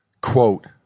quote